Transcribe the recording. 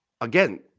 again